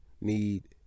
need